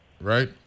right